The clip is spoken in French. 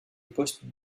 poste